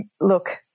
look